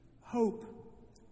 Hope